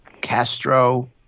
Castro